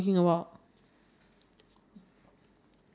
the like he I think he abuse the Ant